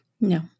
no